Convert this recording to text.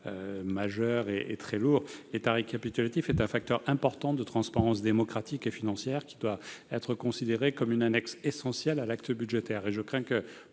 document très lourd à produire. Or c'est un facteur important de transparence démocratique et financière, qui doit être considéré comme une annexe essentielle à l'acte budgétaire.